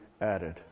added